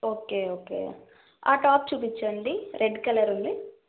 okay okay ఆ top చూపించండి red colour ఉంది